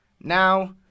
Now